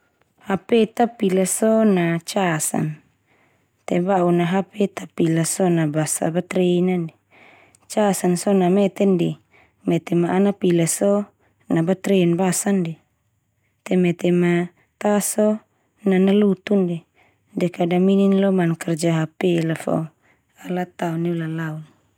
HP ta pila so na cas an te ba'un na HP ta pila so na basa batre na ndia. Cas an so na meten de. Mete ma ana pila so na batren basan ndia, te mete ma ta so, na nalutun ndia. De kada minin lo mana karja HP la fo ala tao neulalaun.